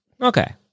okay